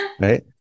Right